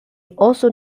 also